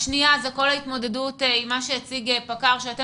הנקודה השנייה היא כל ההתמודדות שהציג פיקוד העורף שאתם